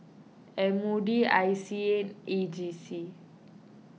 M O D I C A A G C